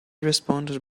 responded